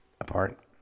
apart